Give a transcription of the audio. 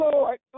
Lord